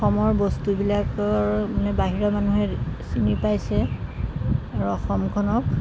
অসমৰ বস্তুবিলাকৰ মানে বাহিৰৰ মানুহে চিনি পাইছে আৰু অসমখনক